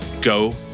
go